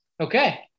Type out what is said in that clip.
Okay